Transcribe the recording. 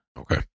okay